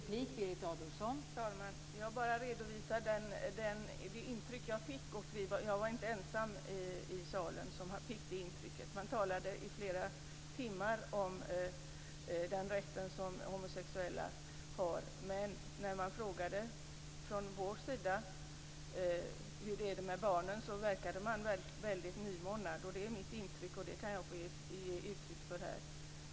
Fru talman! Jag redovisade bara det intryck jag fick. Jag var inte ensam i salen om att få det intrycket. Man talade i flera timmar om de homosexuellas rätt, men när vi frågade hur det var med barnen verkade man väldigt nymornad. Det är mitt intryck, och det kan jag få ge uttryck för här.